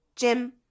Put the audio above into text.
Jim